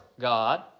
God